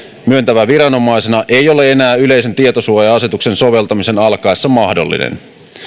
myöntävänä viranomaisena ei ole enää yleisen tietosuoja asetuksen soveltamisen alkaessa mahdollinen